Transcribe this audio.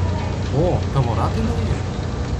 o tavo ratai nauji